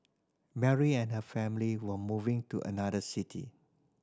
Mary and her family were moving to another city